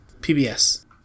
PBS